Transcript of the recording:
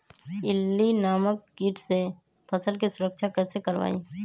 इल्ली नामक किट से फसल के सुरक्षा कैसे करवाईं?